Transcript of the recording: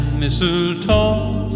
mistletoe